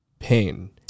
pain